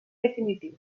definitiu